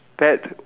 pet